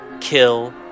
Kill